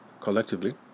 collectively